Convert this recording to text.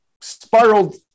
spiraled